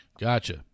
Gotcha